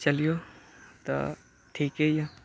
चलियौ तऽ ठीके यऽ